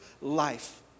life